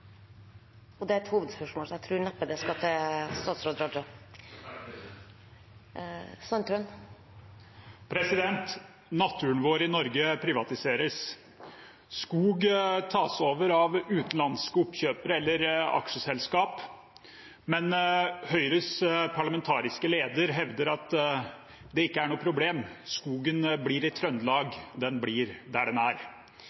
og idretten ikke har fått betalt. Fra den siden har jeg hørt at de er rimelig godt fornøyde med hvordan kompensasjonsordningen har blitt. Vi går da videre til neste hovedspørsmål. Naturen vår i Norge privatiseres. Skog tas over av utenlandske oppkjøpere eller aksjeselskap. Men Høyres parlamentariske leder hevder at det ikke er noe problem,